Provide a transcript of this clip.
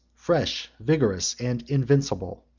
fresh, vigorous, and invincible.